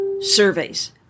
Surveys